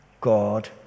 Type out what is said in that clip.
God